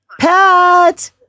pat